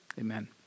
Amen